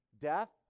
death